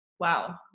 Wow